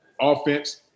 offense